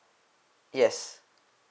yes